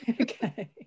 okay